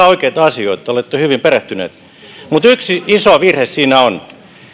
oikeita asioita olette hyvin perehtynyt mutta yksi iso virhe siinä on